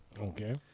okay